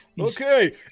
okay